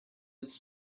its